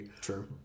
true